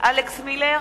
אלכס מילר,